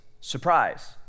Surprise